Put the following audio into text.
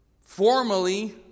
formally